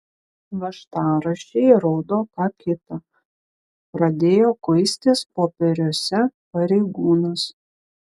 važtaraščiai rodo ką kita pradėjo kuistis popieriuose pareigūnas